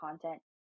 content